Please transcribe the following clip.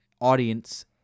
audience